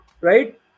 Right